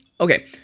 okay